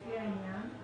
לפי העניין,